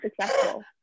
successful